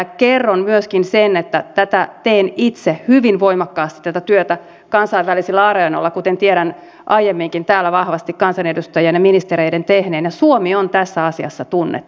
ja kerron myöskin sen että teen tätä työtä itse hyvin voimakkaasti kansainvälisillä areenoilla kuten tiedän aiemminkin täällä vahvasti kansanedustajien ja ministereiden tehneen ja suomi on tässä asiassa tunnettu